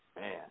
man